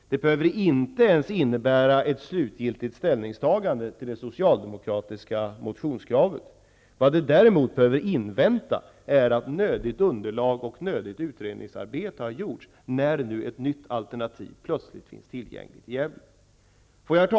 Det behöver inte ens innebära ett slutgiltigt ställningstagande till det socialdemokratiska motionskravet. Vad det däremot behöver invänta är att nödigt underlag och nödigt utredningsarbete har gjorts när nu ett nytt alternativ plötsligt finns tillgängligt i Gävle. Herr talman!